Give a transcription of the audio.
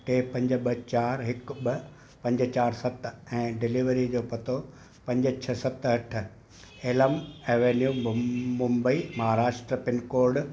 टे पंज ॿ चारि हिकु ॿ पंज चारि सत ऐं डिलीवरी जो पतो पंज छह सत अठ एलम एवेन्यू मुम मुंबई महाराष्ट्र पिनकोड